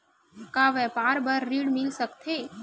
का व्यापार बर ऋण मिल सकथे?